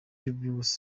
iby’ubusa